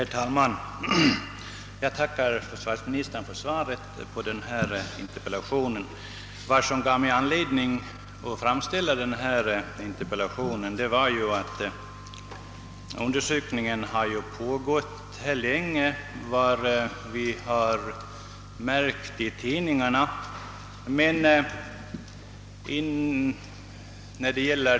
Herr talman! Jag tackar försvarsministern för svaret på min interpellation. Vad som föranledde mig att framställa interpellationen var det förhållandet, att de berörda undersökningarna nu har pågått lång tid, vilket har framgått av kommentarer i pressen.